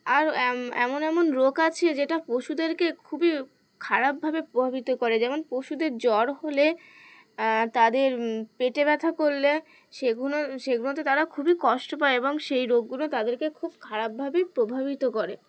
আর এম এমন এমন রোগ আছে যেটা পশুদেরকে খুবই খারাপভাবে প্রভাবিত করে যেমন পশুদের জ্বর হলে তাদের পেটে ব্যথা করলে সেগুলো সেগুলোতে তারা খুবই কষ্ট পায় এবং সেই রোগগুলো তাদেরকে খুব খারাপভাবেই প্রভাবিত করে